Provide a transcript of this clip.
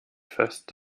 fest